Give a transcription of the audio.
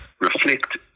reflect